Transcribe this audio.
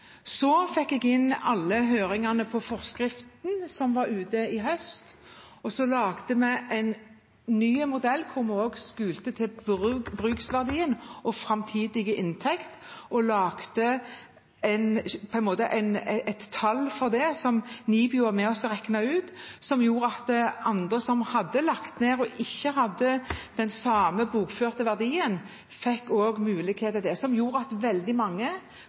Så fikk jeg inn alle høringssvarene til forskriften som var ute på høring i høst, og så laget vi en ny modell hvor vi også skjelte til bruksverdien og framtidig inntekt, og vi laget et tall for det, som NIBIO var med oss og regnet ut, som gjorde at andre som hadde lagt ned og ikke hadde den samme bokførte verdien, også fikk mulighet til det, noe som gjorde at veldig mange